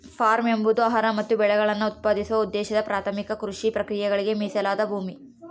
form ಎಂಬುದು ಆಹಾರ ಮತ್ತು ಬೆಳೆಗಳನ್ನು ಉತ್ಪಾದಿಸುವ ಉದ್ದೇಶದ ಪ್ರಾಥಮಿಕ ಕೃಷಿ ಪ್ರಕ್ರಿಯೆಗಳಿಗೆ ಮೀಸಲಾದ ಭೂಮಿ